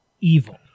evil